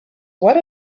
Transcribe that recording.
what